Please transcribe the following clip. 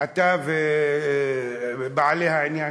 אתה ובעלי העניין?